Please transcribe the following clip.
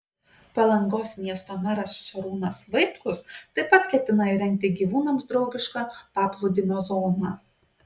palangos miesto meras šarūnas vaitkus taip pat ketina įrengti gyvūnams draugišką paplūdimio zoną